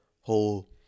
whole